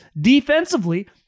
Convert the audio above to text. defensively